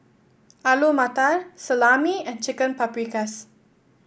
Alu Matar Salami and Chicken Paprikas